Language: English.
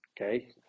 Okay